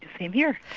same here.